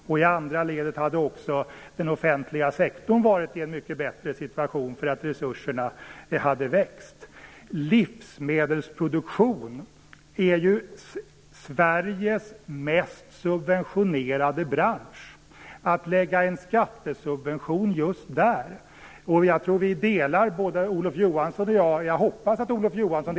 I andra ledet skulle också den offentliga sektorn ha varit i en mycket bättre situation, därför att resurserna hade växt. Livsmedelsproduktionen är Sveriges mest subventionerade bransch. När det gäller att lägga en skattesubvention just där hoppas jag att Olof Johansson och jag har samma uppfattning.